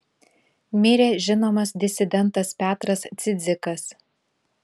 mirė žinomas disidentas petras cidzikas